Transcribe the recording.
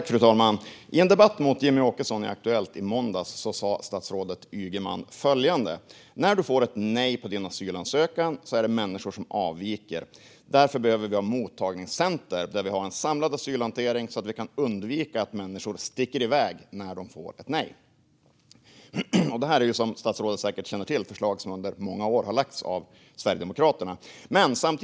Fru talman! I en debatt med Jimmie Åkesson i Aktuellt i måndags sa statsrådet Ygeman följande: När du får ett nej på din asylansökan är det människor som avviker. Därför behöver vi ha mottagningscenter där vi har en samlad asylhantering, så att vi kan undvika att människor sticker iväg när de får ett nej. Detta är ju, som statsrådet säkert känner till, ett förslag som under många år har lagts fram av Sverigedemokraterna.